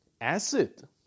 acid